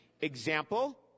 Example